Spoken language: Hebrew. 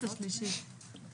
השלישית,